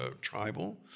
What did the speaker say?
tribal